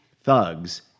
thugs